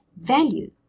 value